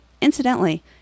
Incidentally